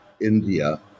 India